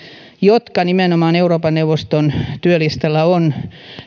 jotka nimenomaan euroopan neuvoston työlistalla ovat